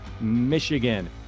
Michigan